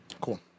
Cool